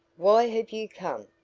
why have you come?